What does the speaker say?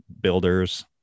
builders